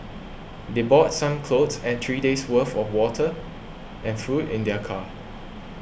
they brought some clothes and three days' worth of water and food in their car